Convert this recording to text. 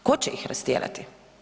Tko će ih rastjerati?